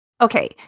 Okay